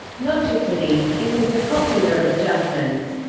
logically, it is the copula of a judgment.